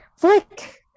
flick